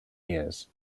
years